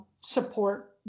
support